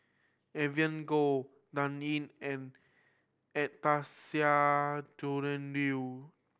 Evelyn Goh Dan Ying and Anastasia Liew